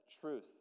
truth